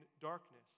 darkness